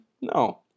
No